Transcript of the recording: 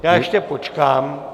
Já ještě počkám.